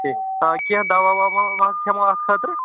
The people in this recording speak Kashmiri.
کیٚنٛہہ آ کیٚنٛہہ دوا ووا ما حظ کھیٚمو اَتھ خٲطرٕ